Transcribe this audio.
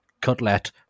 cutlet